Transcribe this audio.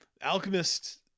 Alchemist